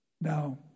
Now